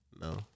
No